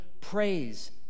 praise